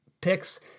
picks